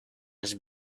has